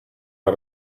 out